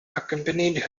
accompanied